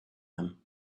them